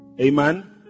Amen